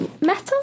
Metal